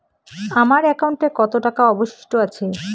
আমার একাউন্টে কত টাকা অবশিষ্ট আছে?